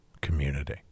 community